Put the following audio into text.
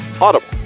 Audible